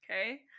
okay